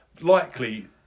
Likely